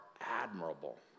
admirable